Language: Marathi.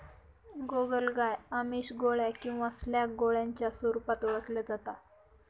गोगलगाय आमिष, गोळ्या किंवा स्लॅग गोळ्यांच्या स्वरूपात ओळखल्या जाता